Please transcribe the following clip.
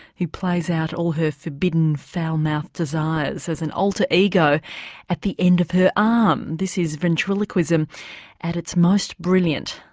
who plays out all her forbidden, foul-mouthed desires as an alter-ego at the end of her arm. um this is ventriloquism at its most brilliant.